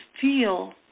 feel